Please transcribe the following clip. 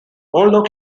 although